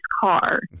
car